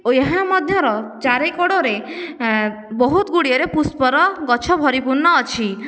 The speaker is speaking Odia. ଓ ଏହା ମଧ୍ୟର ଚାରିକଡ଼ରେ ବହୁତଗୁଡ଼ିଏରେ ପୁଷ୍ପର ଗଛ ପରିପୂର୍ଣ୍ଣ ଅଛି